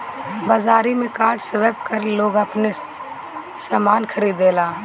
बाजारी में card swipe कर के लोग बहुते सामना खरीदेला